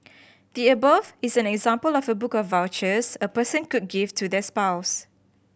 the above is an example of a book of vouchers a person could give to their spouse